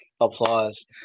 Applause